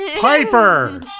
Piper